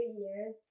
years